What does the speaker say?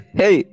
hey